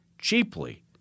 cheaply